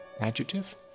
adjective